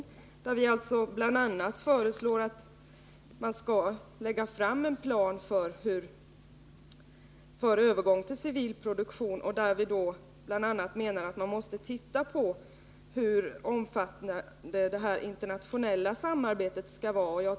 I den föreslår vi alltså bl.a. att man skall lägga fram en plan för övergång till civil produktion, och vi menar att man också måste titta på hur omfattande det internationella samarbetet skall vara.